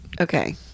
Okay